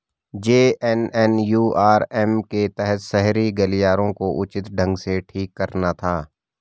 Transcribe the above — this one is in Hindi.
जे.एन.एन.यू.आर.एम के तहत शहरी गलियारों को उचित ढंग से ठीक कराना था